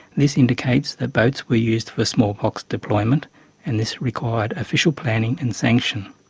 this indicates that boats were used for smallpox deployment and this required official planning and sanction.